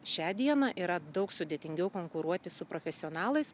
šią dieną yra daug sudėtingiau konkuruoti su profesionalais